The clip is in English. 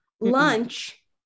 lunch